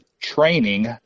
training